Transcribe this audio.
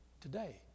today